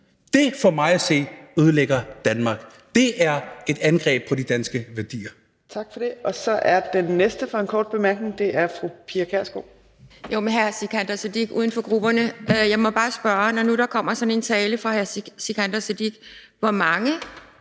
der for mig at se ødelægger Danmark, er et angreb på de danske værdier.